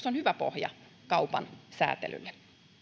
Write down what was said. on hyvä pohja kaupan säätelylle